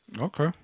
Okay